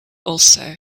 also